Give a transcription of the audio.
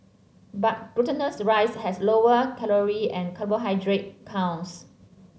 but glutinous rice has lower calorie and carbohydrate counts